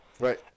right